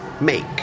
make